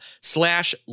slash